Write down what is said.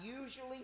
usually